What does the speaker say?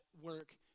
work